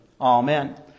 Amen